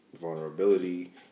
vulnerability